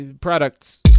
Products